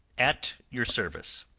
at your service.